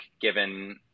given